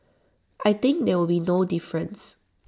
I think there will be no difference